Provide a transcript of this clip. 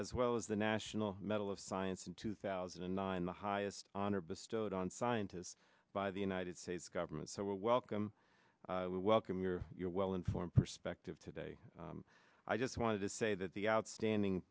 as well as the national medal of science in two thousand and nine the highest honor bestowed on scientists by the united states government so welcome we welcome your your well informed perspective today i just wanted to say that the outstanding